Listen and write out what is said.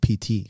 PT